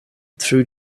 through